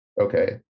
Okay